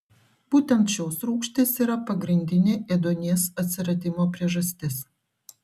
būtent šios rūgštys yra pagrindinė ėduonies atsiradimo priežastis